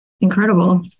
incredible